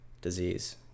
disease